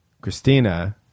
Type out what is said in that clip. Christina